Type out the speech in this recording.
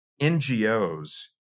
NGOs